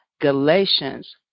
Galatians